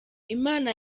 imana